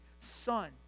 Son